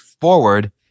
forward